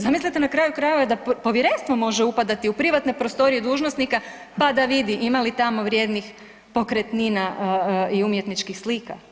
Zamislite na kraju krajeva da povjerenstvo može upadati u privatne prostorije dužnosnika pa da vidi ima li tamo vrijednih pokretnina i umjetničkih slika.